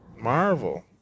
Marvel